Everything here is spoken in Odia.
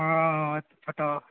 ହଁ